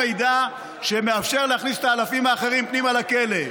מידע שמאפשר להכניס את האלפים האחרים פנימה לכלא.